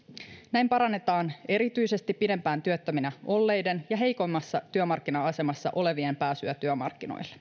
näin parannetaan erityisesti pidempään työttömänä olleiden ja heikommassa työmarkkina asemassa olevien pääsyä työmarkkinoille